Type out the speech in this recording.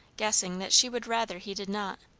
guessing that she would rather he did not,